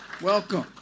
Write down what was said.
Welcome